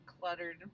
cluttered